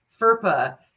FERPA